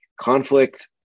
conflict